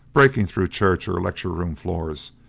breaking through church, or lecture-room floors,